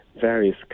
various